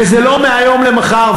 וזה לא מהיום למחר.